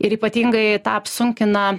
ir ypatingai tą apsunkina